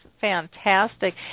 fantastic